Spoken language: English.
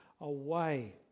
away